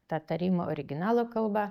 tą tarimą originalo kalba